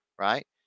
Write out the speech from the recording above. right